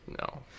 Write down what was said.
No